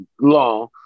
long